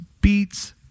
beats